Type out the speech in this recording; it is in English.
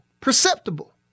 perceptible